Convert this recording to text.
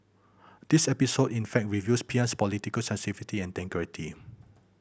this episode in fact reveals P M's political sensitivity and integrity